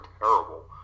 terrible